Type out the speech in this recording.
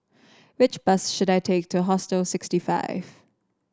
which bus should I take to Hostel sixty five